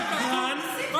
אתם פשוט עושים מה שאתם רוצים.